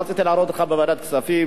רציתי להראות לך בוועדת הכספים,